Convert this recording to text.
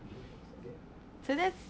so this